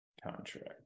Contract